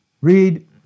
Read